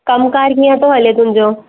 कमु कारु कीअं थो हले तुंहिंजो